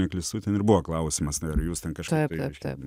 neklystu ten ir buvo klausimas ar jūs ten kažką tai reiškia